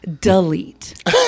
Delete